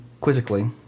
quizzically